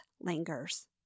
lingers